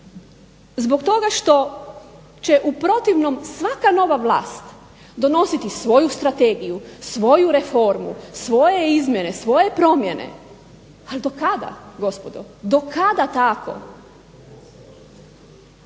zbog toga što će u protivnom svaka nova vlast donositi svoju strategiju, svoju reformu, svoje izmjene, svoje promjene, ali do kada gospodo, do kada tako?